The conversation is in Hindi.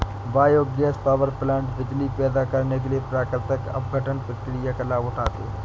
बायोगैस पावरप्लांट बिजली पैदा करने के लिए प्राकृतिक अपघटन प्रक्रिया का लाभ उठाते हैं